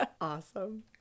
Awesome